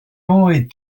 oed